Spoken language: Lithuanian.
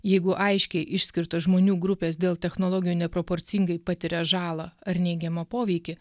jeigu aiškiai išskirtos žmonių grupės dėl technologijų neproporcingai patiria žalą ar neigiamą poveikį